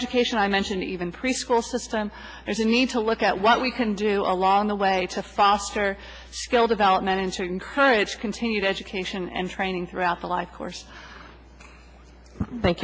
education i mentioned even preschool system there's a need to look at what we can do along the way to foster skill development and to encourage continued education and training throughout the life course th